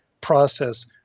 process